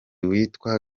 witwa